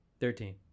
Thirteen